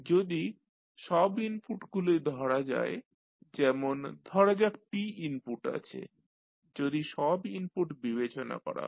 যদি সব ইনপুটগুলি ধরা যায় যেমন ধরা যাক p ইনপুট আছে যদি সব ইনপুট বিবেচনা করা হয়